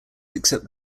except